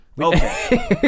Okay